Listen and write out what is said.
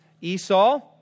Esau